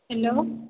hello